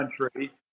country